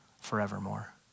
forevermore